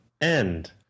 end